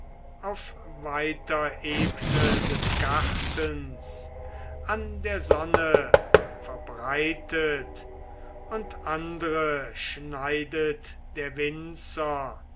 auf weiter ebne des gartens an der sonne verbreitet und andre schneidet der winzer